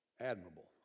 admirable